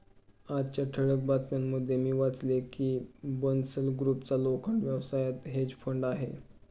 आजच्या ठळक बातम्यांमध्ये मी वाचले की बन्सल ग्रुपचा लोखंड व्यवसायात हेज फंड आहे